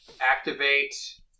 activate